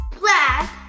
Black